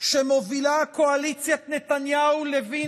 שמובילה קואליציית נתניהו, לוין